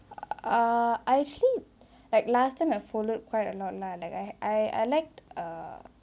err I actually like last time I've followed quite a lot lah like I I I liked err